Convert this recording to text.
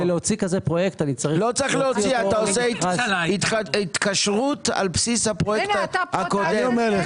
אתה עושה התקשרות על בסיס הפרויקט הקודם.